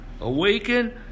awaken